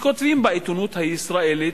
שכותבים בעיתונות הישראלית,